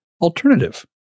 alternative